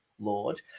Lord